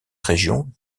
région